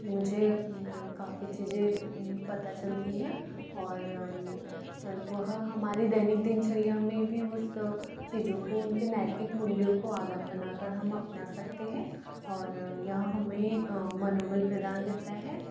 जिससे मुझे काफ़ी चीज़ें पता चलती है और वह हमारे दैनिक दिनचर्या में भी उस चीज़ें को उनके नैतिक मूल्यों को आधार बना कर हम अपना सकते है और यह हमें मनोबल प्रदान करता है